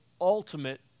ultimate